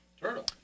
turtle